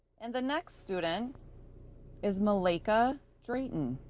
and the next student is malaika drayton,